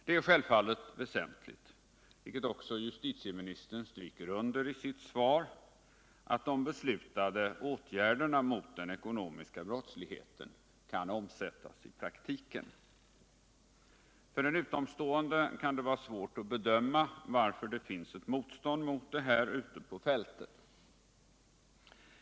Det är självfallet väsentligt, vilket justitieministern stryker under i sitt svar, att de Nr 148 beslutade åtgärderna mot den ekonomiska brottsligheten kan omsättas i praktiken. För en utomstående kan det vara svårt att bedöma varför det finns ett motstånd mot det här ute på fältet.